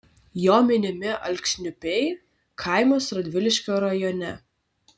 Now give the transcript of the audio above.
jo minimi alksniupiai kaimas radviliškio rajone